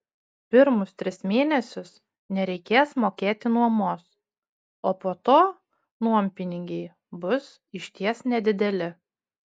pirmus tris mėnesius nereikės mokėti nuomos o po to nuompinigiai bus išties nedideli